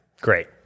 great